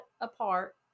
apart